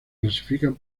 clasifican